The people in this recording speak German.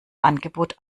angebot